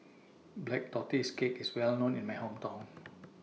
Black Tortoise Cake IS Well known in My Hometown